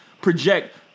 project